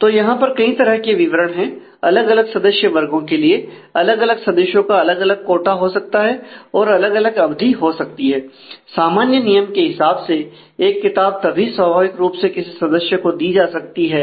तो यहां पर कई तरह के विवरण हैं अलग अलग सदस्य वर्गों के लिए अलग अलग सदस्यों का अलग अलग कोटा हो सकता है और अलग अलग अवधि हो सकती है सामान्य नियम के हिसाब से एक किताब तभी स्वाभाविक रूप से किसी सदस्य को दी जा सकती है